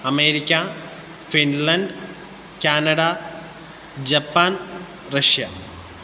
America Finland Canada Japan Russia